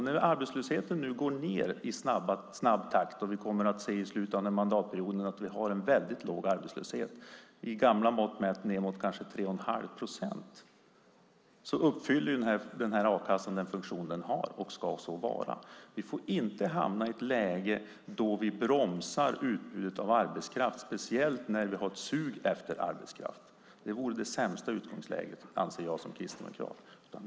När arbetslösheten nu går ned i snabb takt och vi under slutet av mandatperioden kommer att se att vi har en låg arbetslöshet - i gamla mått mätt nedåt kanske 3 1⁄2 procent - har a-kassan den funktion den ska ha. Så ska det också vara. Vi får inte hamna i ett läge där vi bromsar utbudet av arbetskraft, speciellt när vi har ett sug efter arbetskraft. Det vore det sämsta utgångsläget, anser jag som kristdemokrat.